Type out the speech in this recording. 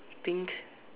pink